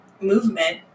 movement